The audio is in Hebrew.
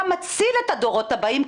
אתה מציל את הדורות הבאים,